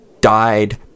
died